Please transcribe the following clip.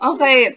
Okay